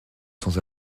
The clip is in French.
sans